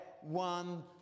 one